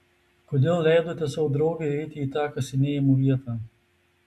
kodėl leidote savo draugei eiti į tą kasinėjimų vietą